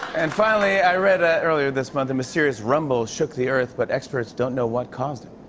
and, finally, i read, ah earlier this month, a mysterious rumble shook the earth, but experts don't know what caused it.